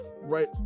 right